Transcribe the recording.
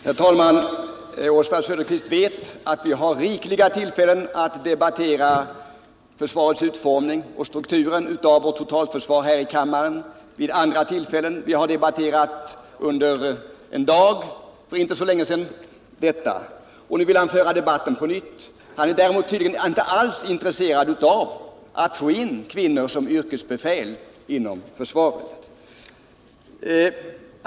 Herr talman! Oswald Söderqvist vet att vi har rikliga tillfällen att debattera försvarets utformning och strukturen av vårt totalförsvar här i kammaren vid andra tillfällen. Vi har debatterat detta under en dag för inte så länge sedan, och nu vill han föra debatten på nytt. Däremot är han tydligen inte alls intresserad av att få in kvinnor som yrkesbefäl inom försvaret.